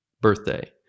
birthday